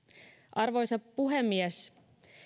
arvoisa puhemies